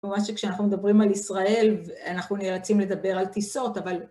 ממש שכשאנחנו מדברים על ישראל, אנחנו נאלצים לדבר על טיסות, אבל...